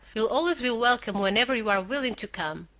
you'll always be welcome whenever you are willing to come.